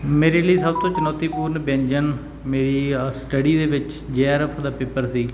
ਮੇਰੇ ਲਈ ਸਭ ਤੋਂ ਚੁਣੌਤੀਪੂਰਨ ਵਿਅੰਜਨ ਮੇਰੀ ਆ ਸਟੱਡੀ ਦੇ ਵਿੱਚ ਜੇ ਆਰ ਐਫ ਦਾ ਪੇਪਰ ਸੀ